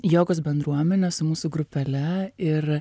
jogos bendruomene su mūsų grupele ir